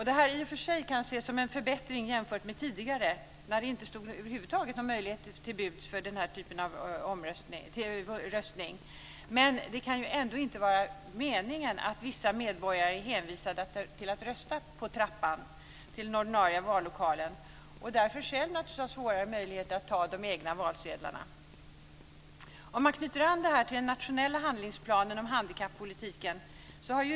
Detta kan i och för sig ses som en förbättring jämfört med tidigare när det inte stod någon möjlighet över huvud taget till buds för den här typen av röstning, men det kan ändå inte vara meningen att vissa medborgare ska vara hänvisade till att rösta på trappan till den ordinarie vallokalen och därför, naturligtvis, ha sämre möjligheter att ta egna valsedlar. Man kan knyta an det här till den nationella handlingsplanen för handikappolitiken.